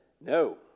no